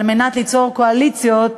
כדי ליצור קואליציות,